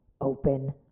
open